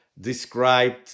described